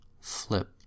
flip